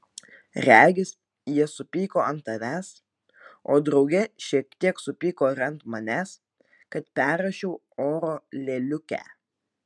regis jie supyko ant tavęs o drauge šiek tiek supyko ir ant manęs kad perrašiau oro lėliukę